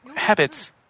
Habits